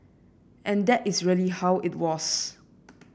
and that is really how it was